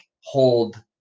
hold